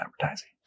advertising